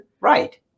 Right